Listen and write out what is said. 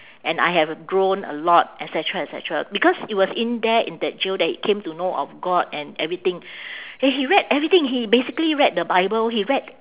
and I have grown a lot et cetera et cetera because it was in there in that jail that he came to know of god and everything and he read everything he basically read the bible he read